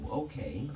okay